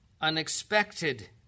unexpected